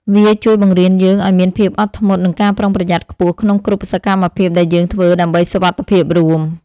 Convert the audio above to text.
វាជួយបង្រៀនយើងឱ្យមានភាពអត់ធ្មត់ និងការប្រុងប្រយ័ត្នខ្ពស់ក្នុងគ្រប់សកម្មភាពដែលយើងធ្វើដើម្បីសុវត្ថិភាពរួម។